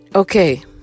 Okay